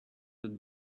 which